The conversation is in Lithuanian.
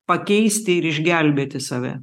pakeisti ir išgelbėti save